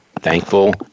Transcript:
thankful